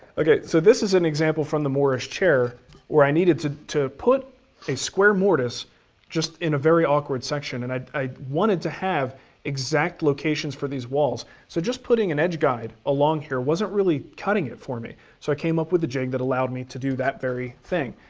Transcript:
okay, so this is an example from the mortise chair where i needed to to put a square mortise just in a very awkward section and i i wanted to have exact locations for these walls. so just putting an edge guide along here wasn't really cutting it for me so i came up with a jig that allowed me to do that very thing.